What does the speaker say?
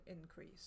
increase